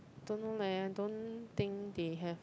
don't know leh don't think they have